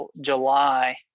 July